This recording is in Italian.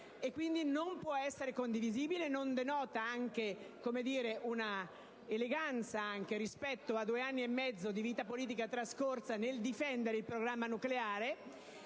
quindi non può essere condiviso. Non denota neanche eleganza rispetto a due anni e mezzo di vita politica trascorsa nel difendere il programma nucleare,